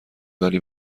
ولی